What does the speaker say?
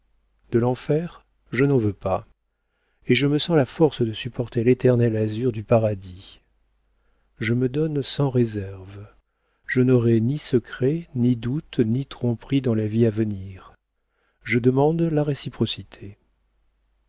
de l'enfer je n'en veux pas et je me sens la force de supporter l'éternel azur du paradis je me donne sans réserve je n'aurai ni secret ni doute ni tromperie dans la vie à venir je demande la réciprocité